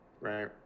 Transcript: Right